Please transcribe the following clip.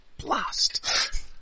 Blast